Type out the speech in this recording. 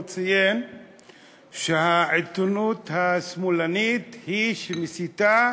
הוא ציין שהעיתונות השמאלנית היא שמסיתה